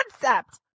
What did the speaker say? concept